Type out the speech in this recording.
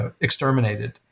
exterminated